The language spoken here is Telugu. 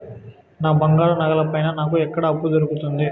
నా బంగారు నగల పైన నాకు ఎక్కడ అప్పు దొరుకుతుంది